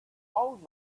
old